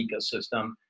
ecosystem